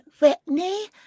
Whitney